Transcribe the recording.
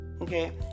okay